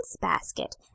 basket